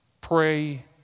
pray